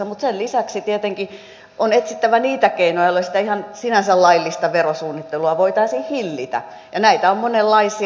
mutta sen lisäksi tietenkin on etsittävä niitä keinoja joilla sitä sinänsä ihan laillista verosuunnittelua voitaisiin hillitä ja näitä on monenlaisia